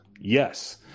yes